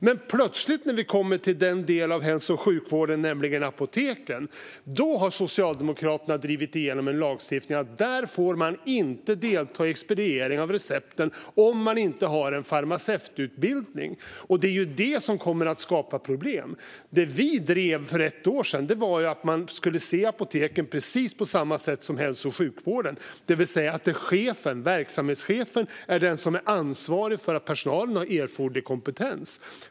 Men plötsligt när vi kommer till den delen av hälso och sjukvården som gäller apoteken har Socialdemokraterna drivit igenom en lagstiftning där man inte får delta i expediering av recept om man inte har en farmaceututbildning. Det är detta som kommer att skapa problem. Vi drev för ett år sedan frågan om att apoteken ska ses på precis samma sätt som hälso och sjukvården, det vill säga att det är verksamhetschefen som är ansvarig för att personalen har erforderlig kompetens.